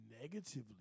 negatively